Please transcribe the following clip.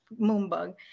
Moonbug